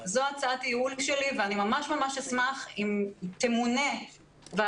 זו הצעת הייעול שלי ואני ממש ממש אשמח אם תמונה ועדת